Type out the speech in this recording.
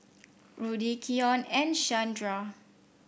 Rudy Keion and Shandra